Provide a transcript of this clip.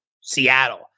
Seattle